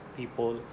people